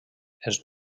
els